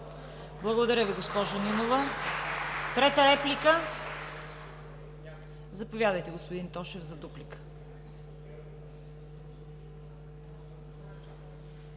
Благодаря Ви, госпожо Нинова. Трета реплика? Заповядайте, господин Тошев, за дуплика.